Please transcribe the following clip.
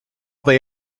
they